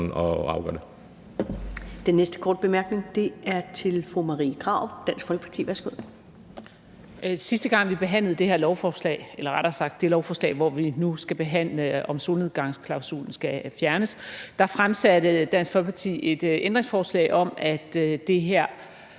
at afgøre det.